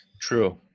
True